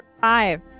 Five